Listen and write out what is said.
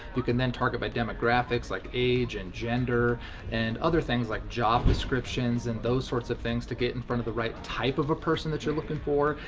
you can then target by demographics like age and gender and other things like job descriptions and those sorts of things to get in front of the right type of a person that you're looking for,